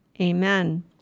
amen